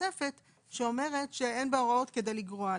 נוספת שאומרת שאין בהוראות כדי לגרוע.